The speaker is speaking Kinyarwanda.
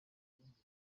kurangira